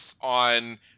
on